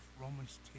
Romans